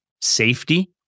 safety